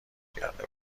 کرده